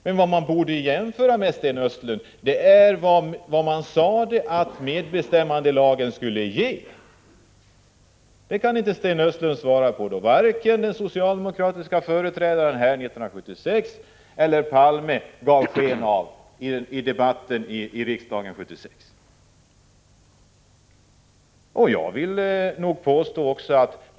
Men man borde, Sten Östlund, jämföra med vad medbestämmandelagen skulle ge. Härvidlag kan inte Sten Östlund lämna något svar. Varken den socialdemokratiska företrädaren 1976 eller Olof Palme sade något i debatten i kammaren 1976.